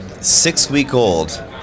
six-week-old